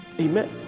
Amen